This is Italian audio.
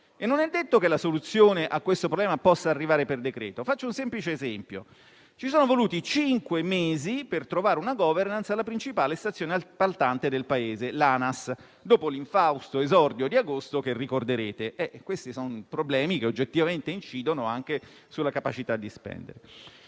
e non è detto che la soluzione a questo problema possa arrivare per decreto-legge. Faccio un semplice esempio: ci sono voluti cinque mesi per trovare una *governance* alla principale stazione appaltante del Paese, l'ANAS, dopo l'infausto esordio di agosto che ricorderete. Questi sono problemi che oggettivamente incidono anche sulla capacità di spendere.